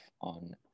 on